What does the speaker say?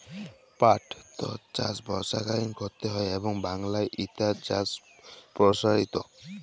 পাটটর চাষ বর্ষাকালীন ক্যরতে হয় এবং বাংলায় ইটার চাষ পরসারিত